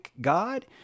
god